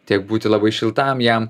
tiek būti labai šiltam jam